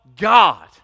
God